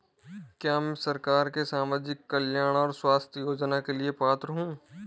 क्या मैं सरकार के सामाजिक कल्याण और स्वास्थ्य योजना के लिए पात्र हूं?